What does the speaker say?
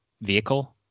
vehicle